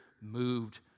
moved